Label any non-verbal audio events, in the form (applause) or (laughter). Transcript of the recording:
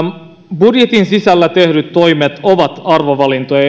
budjetin sisällä tehdyt toimet ovat arvovalintoja (unintelligible)